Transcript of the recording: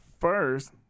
first